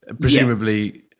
presumably